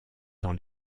dans